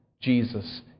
Jesus